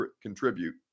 contribute